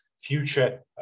future